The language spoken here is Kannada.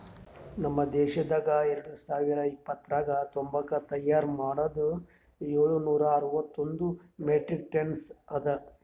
ನಮ್ ದೇಶದಾಗ್ ಎರಡು ಸಾವಿರ ಇಪ್ಪತ್ತರಾಗ ತಂಬಾಕು ತೈಯಾರ್ ಮಾಡದ್ ಏಳು ನೂರಾ ಅರವತ್ತೊಂದು ಮೆಟ್ರಿಕ್ ಟನ್ಸ್ ಅದಾ